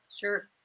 Sure